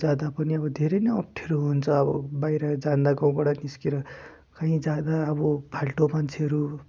जाँदा पनि अब धेरै नै अप्ठ्यारो हुन्छ अब बागिर जाँदा गाउँबाट निस्केर कहीँ जाँदा अब फाल्टो मान्छेहरू